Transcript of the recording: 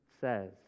says